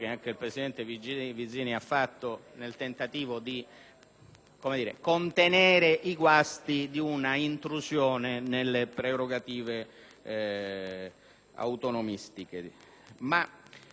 di contenere i guasti di una intrusione nelle prerogative autonomistiche ma vorrei senza polemica dire al collega Cabras che